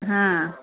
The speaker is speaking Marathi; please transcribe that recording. हां